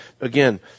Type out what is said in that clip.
Again